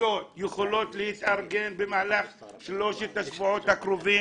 שקבוצות יכולות להתארגן במהלך שלושת השבועות הקרובים.